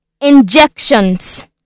Injections